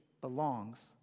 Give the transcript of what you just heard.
belongs